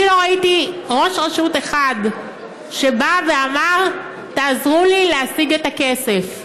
אני לא ראיתי ראש רשות אחד שבא ואמר: תעזרו לי להשיג את הכסף.